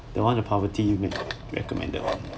the one the poverty man recommended [one]